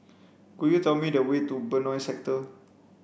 could you tell me the way to Benoi Sector